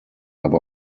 aber